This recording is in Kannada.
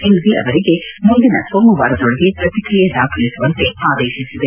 ಸಿಂಪ್ಟಿ ಅವರಿಗೆ ಮುಂದಿನ ಸೋಮವಾರದೊಳಗೆ ಪ್ರತಿಕ್ರಿಯೆ ದಾಖಲಿಸುವಂತೆ ಆದೇಶಿಸಿದೆ